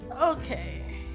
okay